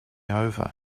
over